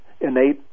innate